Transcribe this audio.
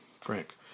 Frank